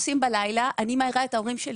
בלילה אני מעירה את ההורים שלי,